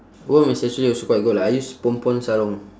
worm is actually also quite good lah I use pon pon sarong